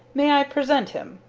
may i present him?